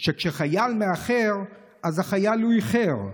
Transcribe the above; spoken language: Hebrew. שכשחייל מאחר אז החייל איחר,